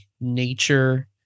nature